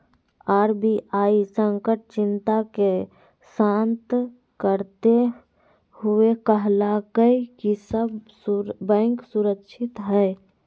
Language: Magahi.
आर.बी.आई संकट चिंता के शांत करते हुए कहलकय कि सब बैंक सुरक्षित हइ